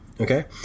Okay